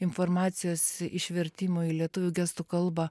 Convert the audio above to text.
informacijos išvertimo į lietuvių gestų kalbą